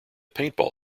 paintball